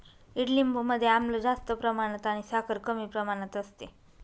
ईडलिंबू मध्ये आम्ल जास्त प्रमाणात आणि साखर कमी प्रमाणात असते